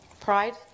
pride